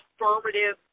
affirmative